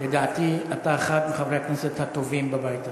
לדעתי אתה אחד מחברי הכנסת הטובים בבית הזה.